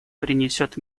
принесет